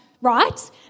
right